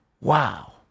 wow